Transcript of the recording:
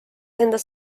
endas